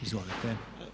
Izvolite.